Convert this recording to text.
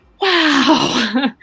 wow